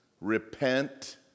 repent